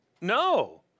No